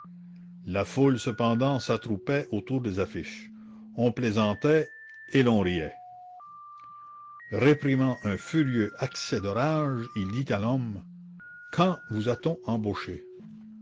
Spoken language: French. la foule cependant s'attroupait autour des affiches on plaisantait et l'on riait réprimant un furieux accès de rage il dit à l'homme quand vous a-t-on embauché